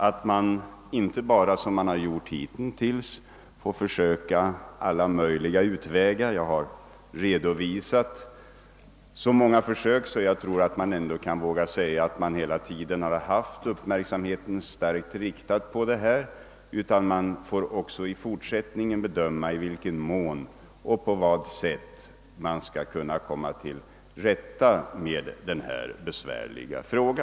Liksom hittills får man inte bara försöka alla möjliga utvägar — jag har redovisat så många försök att jag tror mig kunna säga att man hela tiden haft uppmärksamheten starkt riktad på frågan — utan man får också i fortsättningen bedöma i vilken mån och på vad sätt man skall kunna komma till rätta med denna besvärliga fråga.